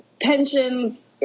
pensions